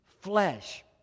flesh